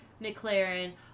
McLaren